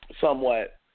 somewhat